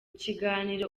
kiganiro